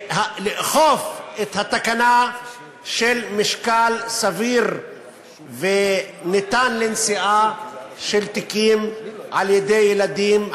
לאכוף יותר את התקנה של משקל סביר וניתן לנשיאה של תיקים על-ידי ילדים,